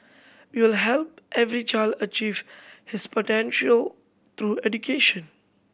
we will help every child achieve his potential through education